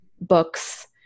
books